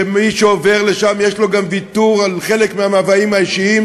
שמי שעובר לשם יש בזה גם ויתור על חלק מהמאוויים האישיים,